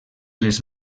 les